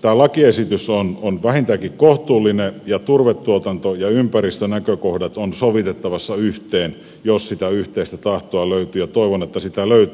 tämä lakiesitys on vähintäänkin kohtuullinen ja turvetuotanto ja ympäristönäkökohdat ovat sovitettavissa yhteen jos sitä yhteistä tahtoa löytyy ja toivon että sitä löytyy